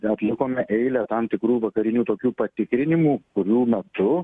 atlikome eilę tam tikrų vakarinių tokių patikrinimų kurių metu